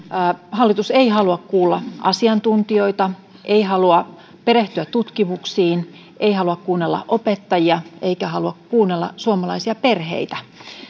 hallitus ei halua kuulla asiantuntijoita ei halua perehtyä tutkimuksiin ei halua kuunnella opettajia eikä halua kuunnella suomalaisia perheitä